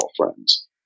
girlfriends